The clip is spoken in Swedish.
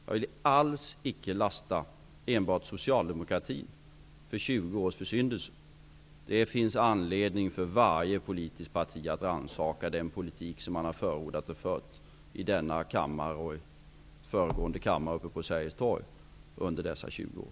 Jag vill alls icke lasta enbart Socialdemokratin för 20 års försyndelser. Det finns anledning för varje politiskt parti att rannsaka den politik som man har förordat och fört i denna kammare och i föregående kammare vid Sergels Torg under dessa 20 år.